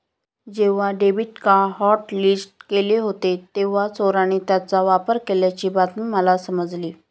जेव्हा debit card hotlist केले होते तेव्हा चोराने त्याचा वापर केल्याची बातमी मला समजली